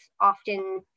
often